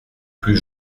plus